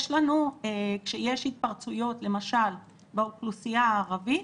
כשיש התפרצויות למשל באוכלוסייה הערבית,